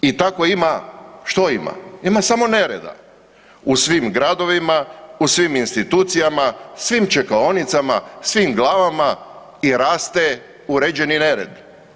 I tako ima, što ima, ima samo nereda u svim gradovima, u svim institucijama, svim čekaonicama, svim glavama i raste uređeni nered.